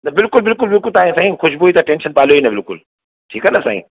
त बिल्कुलु बिल्कुलु बिल्कुलु तव्हांजे साईं ख़ुशबू जी त टेंशन पालियो ई न बिल्कुलु ठीकु आहे न साईं